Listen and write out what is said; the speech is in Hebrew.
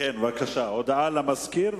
יש הודעה למזכיר,